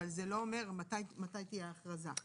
זה לא אומר מתי תהיה ההכרזה.